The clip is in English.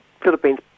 philippines